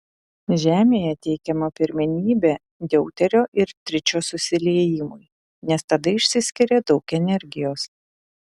žemėje teikiama pirmenybė deuterio ir tričio susiliejimui nes tada išsiskiria daug energijos